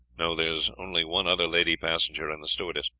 no there was only one other lady passenger and the stewardess.